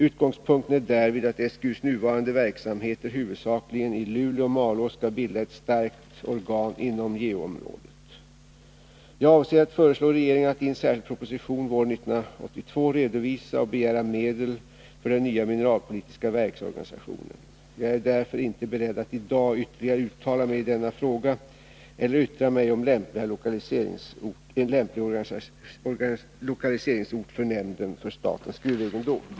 Utgångspunkten är därvid att SGU:s nuvarande verksamheter huvudsakligen i Luleå och Malå skall bilda ett starkt organ inom geoområdet. Jag avser att föreslå regeringen att i en särskild proposition våren 1982 redovisa och begära medel för den nya mineralpolitiska verksorganisationen. Jag är därför inte beredd att i dag ytterligare uttala mig i denna fråga eller yttra mig om lämplig lokaliseringsort för nämnden för statens gruvegendom.